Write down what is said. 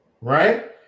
right